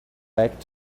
back